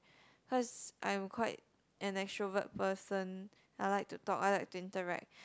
cause I am quite an extrovert person I like to talk I like to interact